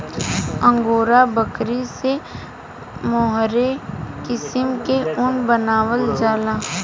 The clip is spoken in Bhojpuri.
अंगोरा बकरी से मोहेर किसिम के ऊन बनावल जाला